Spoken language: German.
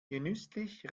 genüsslich